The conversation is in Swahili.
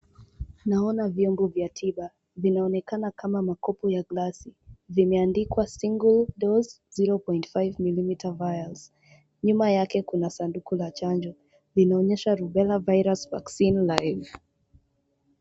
Naona viungo vya tiba. Vinaonekana kama makopo ya glasi. Vimeandikwa single dose 0.5ml vials . Nyuma yake kuna sanduku la chanjo. Linaonyesha rubela virus vaccine live .